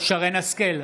שרן מרים השכל,